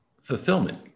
fulfillment